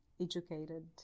educated